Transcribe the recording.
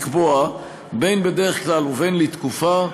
לקבוע, בין בדרך כלל ובין לתקופה,